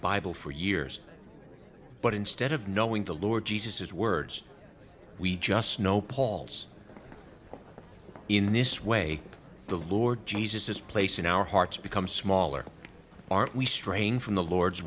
bible for years but instead of knowing the lord jesus his words we just know paul's in this way the lord jesus is placing our hearts become smaller aren't we straying from the lord's